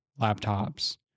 laptops